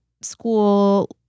school